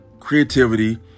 Creativity